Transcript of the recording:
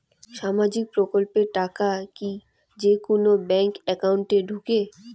সামাজিক প্রকল্পের টাকা কি যে কুনো ব্যাংক একাউন্টে ঢুকে?